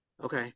okay